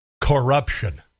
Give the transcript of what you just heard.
corruption